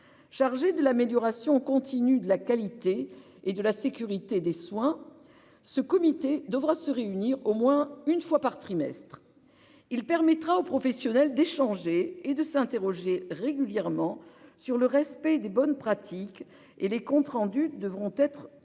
chargé de l'amélioration continue de la qualité et de la sécurité des soins. Ce comité devra se réunir au moins une fois par trimestre. Il permettra aux professionnels d'échanger et de s'interroger régulièrement sur le respect des bonnes pratiques et les comptes rendus devront être transmis